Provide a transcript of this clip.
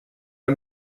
der